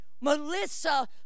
Melissa